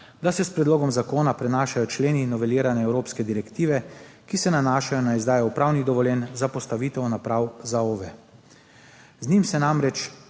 da se s predlogom zakona prenašajo členi novelirane evropske direktive, ki se nanašajo na izdajo upravnih dovoljenj za postavitev naprav za OVE. Z njim se namreč